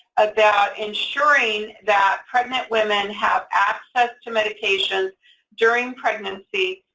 about ensuring that pregnant women have access to medications during pregnancy,